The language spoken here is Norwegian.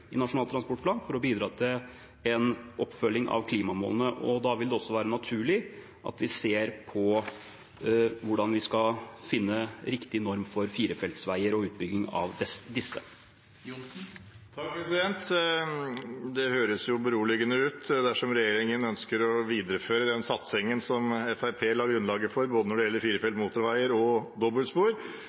i Nasjonal transportplan for å bidra til en oppfølging av klimamålene. Da vil det også være naturlig at vi ser på hvordan vi skal finne riktig norm for firefeltsveier og utbygging av disse. Det høres jo beroligende ut dersom regjeringen ønsker å videreføre den satsingen som Fremskrittspartiet la grunnlaget for, både når det gjelder firefelts motorveier og dobbeltspor.